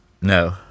No